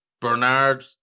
Bernard